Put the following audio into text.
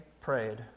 prayed